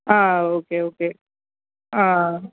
ஆ okay okay ஆ